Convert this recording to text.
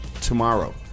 tomorrow